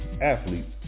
athletes